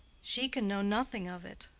she can know nothing of it,